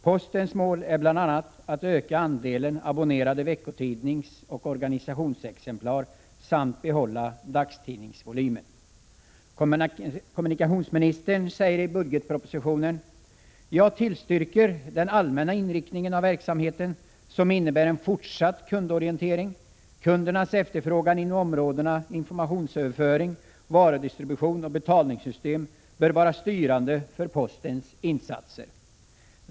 Postens mål är bl.a. att öka I budgetpropositionen säger kommunikationsministern att han tillstyrker den allmänna inriktningen av verksamheten, som innebär en fortsatt kundorientering. Kundernas efterfrågan inom områdena informationsöverföring, varudistribution och betalningssystem bör vara styrande för postens insatser.